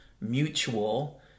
mutual